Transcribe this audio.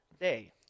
day